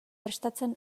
prestatzen